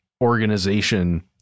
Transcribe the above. organization